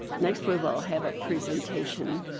next we will have a presentation